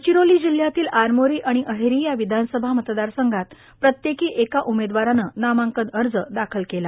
गडचिरोली जिल्ह्यातील आरमोरी आणि अहेरी या विधानसभा मतदारसंघात प्रत्येकी एक उमेदवाराने नामांकन अर्ज दाखल केले